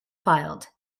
filed